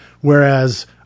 whereas